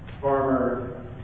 farmer